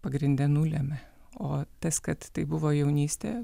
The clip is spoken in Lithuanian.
pagrinde nulemia o tas kad tai buvo jaunystė